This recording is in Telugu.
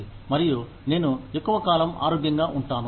మరియు నేను ఎక్కువ కాలం ఆరోగ్యంగా ఉంటాను